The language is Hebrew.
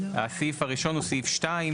הסעיף הראשון הוא סעיף 2,